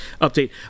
update